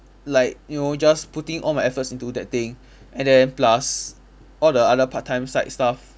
like you know just putting all my efforts into that thing and then plus all the other part time side stuff